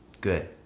Good